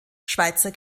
schweizer